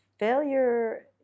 Failure